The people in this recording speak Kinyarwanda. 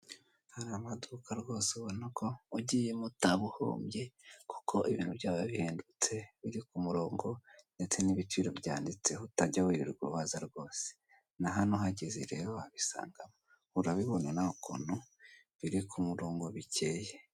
Hari amaduka rwose ubona ko ugiyemo utaba uhombye, kuko ibintu byabo biba bihendutse biri ku murongo, ndetse n'ibiciro byanditseho utajya wirirwa ubaza rwose. Na hano uhageze rero wabisangamo urabibona nawe ukuntu biri ku murongo bikeye.